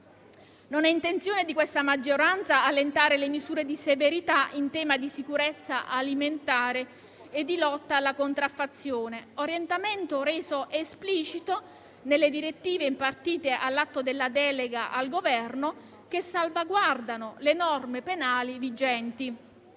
Non è intenzione di questa maggioranza allentare le misure di severità in tema di sicurezza alimentare e lotta alla contraffazione. Tale orientamento è reso esplicito nelle direttive, impartite all'atto della delega al Governo, che salvaguardano le norme penali vigenti.